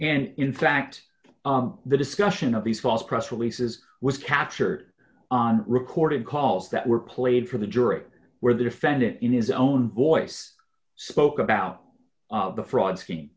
and in fact the discussion of these false press releases was captured on recorded calls that were played for the jury where the defendant in his own voice spoke about the fraud s